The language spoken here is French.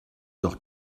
heures